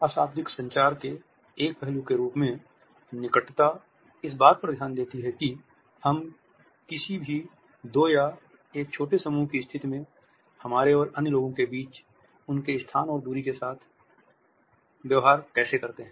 अशाब्दिक संचार के एक पहलू के रूप में निकटता इस बात पर ध्यान देती है कि हम किसी भी दो या एक छोटे समूह की स्थिति में हमारे और अन्य लोगों के बीच उनके स्थान और दूरी के साथ व्यवहार कैसे करते हैं